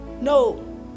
no